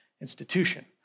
institution